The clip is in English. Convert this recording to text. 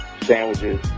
sandwiches